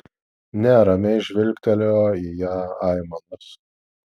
ne ramiai žvilgtelėjo į ją aimanas